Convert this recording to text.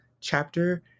chapter